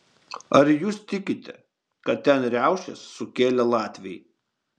ar jūs tikite kad ten riaušes sukėlė latviai